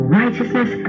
righteousness